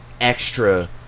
extra